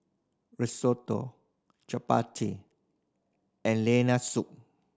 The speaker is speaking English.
Risotto Chapati and Lentil Soup